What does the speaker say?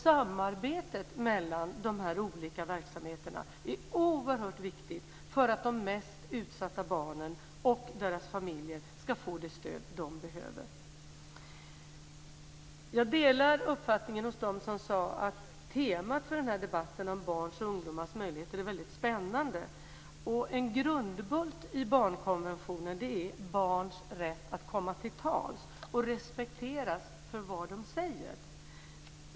Samarbetet mellan de olika verksamheterna är oerhört viktigt för att de mest utsatta barnen och deras familjer ska få det stöd de behöver. Jag delar uppfattningen hos dem som sade att temat för debatten om barns och ungdomars möjligheter är väldigt spännande. En grundbult i barnkonventionen är barns rätt att komma till tals och respekteras för vad de säger.